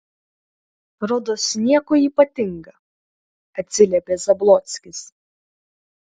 rodos nieko ypatinga atsiliepė zablockis